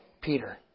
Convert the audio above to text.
Peter